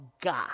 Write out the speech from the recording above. God